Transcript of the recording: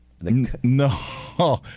No